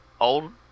Old